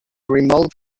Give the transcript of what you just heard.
remote